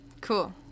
Cool